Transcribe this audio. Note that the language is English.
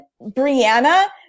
Brianna